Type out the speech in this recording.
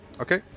Okay